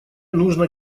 нужно